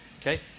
Okay